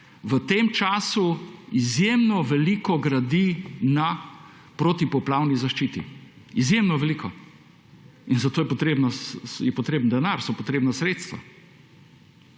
v tem času izjemno veliko gradi na protipoplavni zaščiti. Izjemno veliko. Za to je potreben denar, so potrebna sredstva.